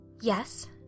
Yes